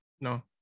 No